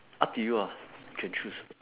up to you ah can choose